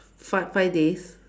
five five days